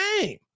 game